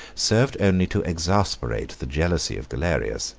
served only to exasperate the jealousy of galerius